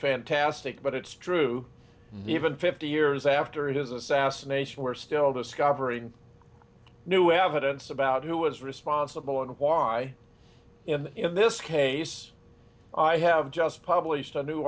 fantastic but it's true even fifty years after his assassination we're still discovering new evidence about who was responsible and why in this case i have just published a new